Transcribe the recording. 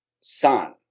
Son